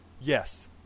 yes